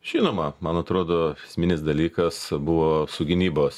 žinoma man atrodo esminis dalykas buvo su gynybos